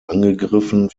angegriffen